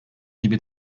gibi